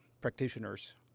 practitioners